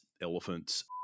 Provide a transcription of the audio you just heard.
elephants